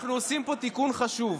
אנחנו עושים פה תיקון חשוב.